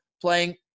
playing